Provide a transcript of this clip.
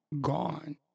gone